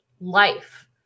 life